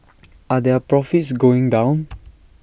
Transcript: are their profits going down